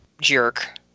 jerk